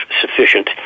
sufficient